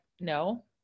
no